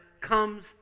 comes